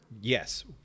yes